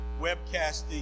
webcasting